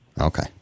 Okay